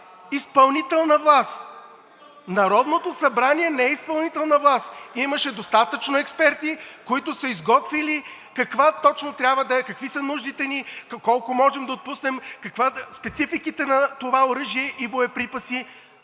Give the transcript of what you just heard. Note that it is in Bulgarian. изпълнителна власт! Народното събрание не е изпълнителна власт! Имаше достатъчно експерти, които са изготвили каква точно трябва да е, какви са нуждите ни, колко можем да отпуснем, спецификите на това оръжие и боеприпаси.